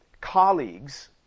colleagues